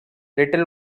little